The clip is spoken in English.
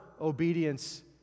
obedience